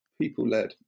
people-led